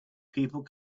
people